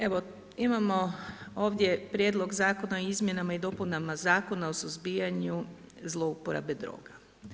Evo, imamo ovdje prijedlog Zakona o izmjenama i dopunama Zakona o suzbijanje zlouporabe droga.